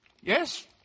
Yes